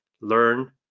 learn